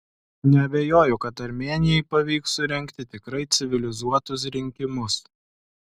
neabejoju kad armėnijai pavyks surengti tikrai civilizuotus rinkimus